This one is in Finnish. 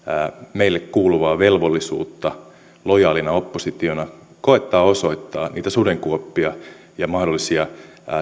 meille kuuluvaa velvollisuutta lojaalina oppositiona koettaa osoittaa niitä sudenkuoppia ja mahdollisia